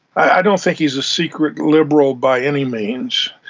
i don't think he's a secret liberal by any means.